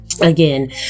again